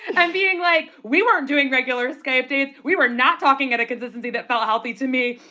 and and being like, we weren't doing regular skype dates. we were not talking at a consistency that felt healthy to me.